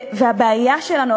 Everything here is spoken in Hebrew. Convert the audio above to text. והבעיה שלנו,